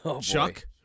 Chuck